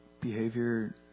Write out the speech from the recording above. behavior